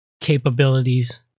capabilities